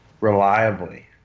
reliably